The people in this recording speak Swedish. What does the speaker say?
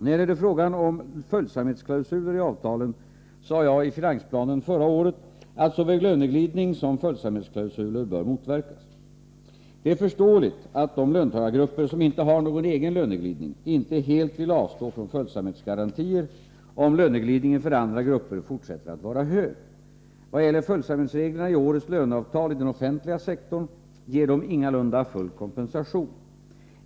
När det gäller frågan om följsamhetsklausuler i avtalen sade jag i finansplanen förra året att såväl löneglidning som följsamhetsklausuler bör motverkas. Det är förståeligt att de löntagargrupper som inte har någon egen löneglidning inte helt vill avstå från följsamhetsgarantier, om löneglidningen för andra grupper fortsätter att vara hög. Vad gäller följsamhetsreglerna i årets löneavtal i den offentliga sektorn ger de ingalunda full kompensation.